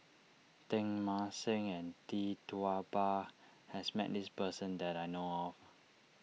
Teng Mah Seng and Tee Tua Ba has met this person that I know of